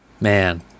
man